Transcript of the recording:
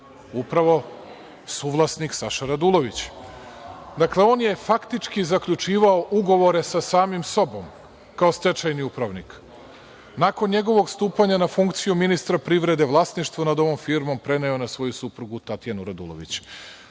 upravo suvlasnik Saša Radulović. Dakle, on je faktički zaključivao ugovore sa samim sobom kao stečajni upravnik. Nakon njegovog stupanja na funkciju ministra privrede, vlasništvo nad ovom firmom preneo je na svoju suprugu Tatjanu Radulović. Staću